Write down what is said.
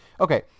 Okay